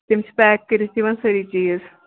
تِم چھِ پیک کٔرِتھ یِوَان سٲری چیٖز